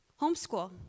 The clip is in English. homeschool